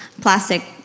plastic